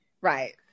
Right